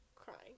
crying